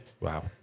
Wow